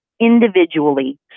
individually